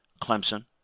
Clemson